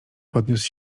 podniósł